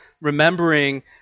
remembering